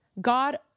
God